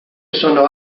sono